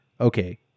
okay